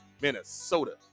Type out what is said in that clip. Minnesota